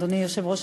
אדוני היושב-ראש,